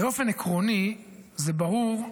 באופן עקרוני זה ברור,